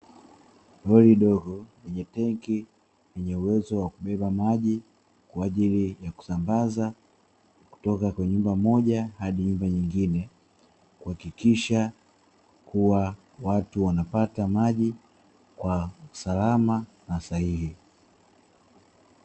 Lori dogo lenye tangi lenye uwezo wa kubeba maji kwa ajili ya kusambaza, kutoka kwenye nyumba moja hadi nyumba nyingine, kuhakikisha kuwa watu wanapata maji kwa usalama na sahihi.